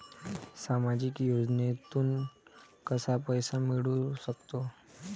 सामाजिक योजनेतून कसा पैसा मिळू सकतो?